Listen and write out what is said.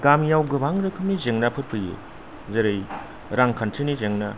गामियाव गोबां रोखोमनि जेंनाफोर फैयो जेरै रांखान्थिनि जेंना